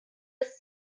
ist